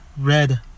red